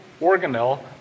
organelle